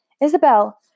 Isabel